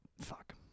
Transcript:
Fuck